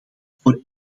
voor